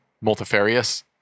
multifarious